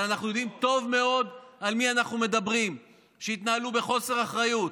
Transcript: אבל אנחנו יודעים טוב מאוד על מי אנחנו מדברים שהתנהלו בחוסר אחריות,